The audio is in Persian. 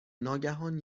ناگهان